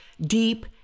deep